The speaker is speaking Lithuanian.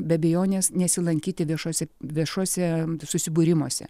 be abejonės nesilankyti viešose viešuose susibūrimuose